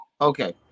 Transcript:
Okay